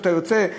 אתה יוצא,